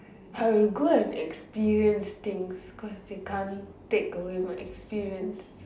I will go and experience things cause they can't take away my experience